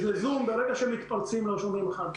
בזום, ברגע שמתפרצים לא שומעים אחד את השני.